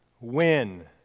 win